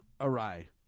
awry